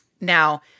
Now